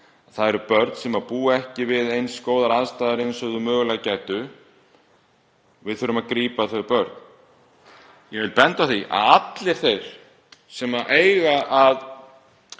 það eru börn sem búa ekki við eins góðar aðstæður og þau mögulega gætu. Við þurfum að grípa þau börn. Ég vil benda á að allir þeir sem eiga að